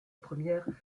première